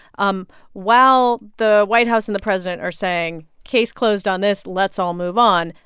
um while the white house and the president are saying case closed on this, let's all move on,